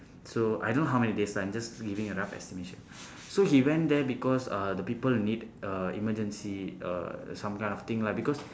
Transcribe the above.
so I don't know how many days lah I'm just giving a rough estimation so he went there because uh the people need uh emergency uh some kind of thing lah because